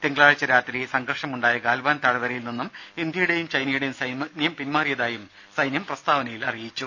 തിങ്കളാഴ്ച രാത്രി സംഘർഷമുണ്ടായ ഗാൽവാൻ താഴ് വരയിൽ നിന്നും ഇന്ത്യയുടെയും ചൈനയുടേയും സൈന്യം പിൻമാറിയതായും സൈന്യം പ്രസ്താവനയിൽ അറിയിച്ചു